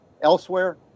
elsewhere